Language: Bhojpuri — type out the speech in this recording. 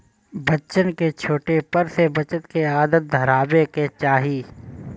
बच्चन के छोटे पर से बचत के आदत धरावे के चाही